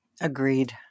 Agreed